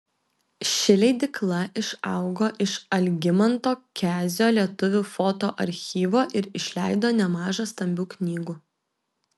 ši leidykla išaugo iš algimanto kezio lietuvių foto archyvo ir išleido nemaža stambių knygų